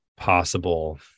possible